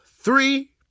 three